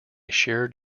shared